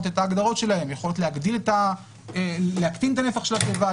את ההגדרות שלהן הן יכולות להקטין את הנפח של התיבה,